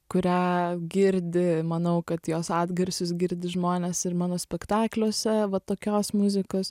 kurią girdi manau kad jos atgarsius girdi žmonės ir mano spektakliuose va tokios muzikos